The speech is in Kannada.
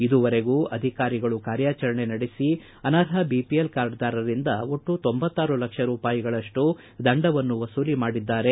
ಇದುವರೆಗೂ ಅಧಿಕಾರಿಗಳು ಕಾರ್ಯಾಚರಣೆ ನಡೆಸಿ ಅನರ್ಹ ಬಿಪಿಎಲ್ ಕಾರ್ಡ್ದಾರರಿಂದ ಒಟ್ಟು ಲಕ್ಷ ರೂಪಾಯಿಗಳಷ್ಟು ದಂಡವನ್ನು ವಸೂಲಿ ಮಾಡಿದ್ದಾರೆ